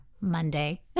Monday